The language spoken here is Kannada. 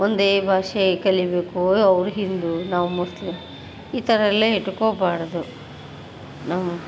ಒಂದೇ ಭಾಷೆ ಕಲೀಬೇಕು ಅವ್ರು ಹಿಂದೂ ನಾವು ಮುಸ್ಲಿಂ ಈ ಥರ ಎಲ್ಲ ಇಟ್ಕೊಬಾರದು ನಮ್ಮ